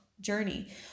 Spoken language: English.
journey